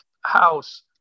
house